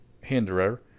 Hinderer